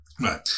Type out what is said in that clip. Right